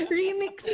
remix